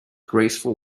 graceful